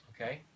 Okay